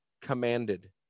Commanded